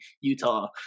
Utah